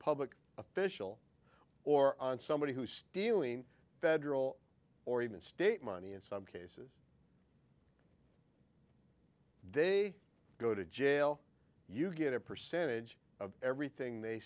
public official or on somebody who's stealing federal or even state money in some cases they go to jail you get a percentage of everything they